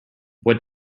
what